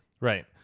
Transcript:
Right